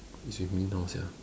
it's with me now sia